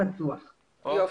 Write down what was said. חלופי.